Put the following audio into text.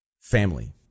family